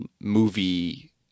movie